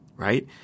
Right